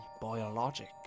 biologic